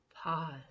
Pause